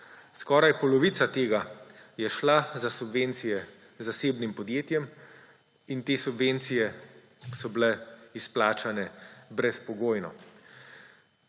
Skoraj polovica tega je šla za subvencije zasebnim podjetjem in te subvencije so bile izplačane brezpogojno.